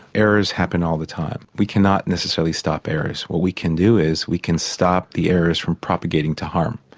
errors happen all the time. we cannot necessarily stop errors, but what we can do is we can stop the errors from propagating to harm.